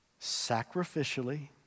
sacrificially